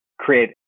create